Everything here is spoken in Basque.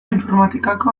informatikako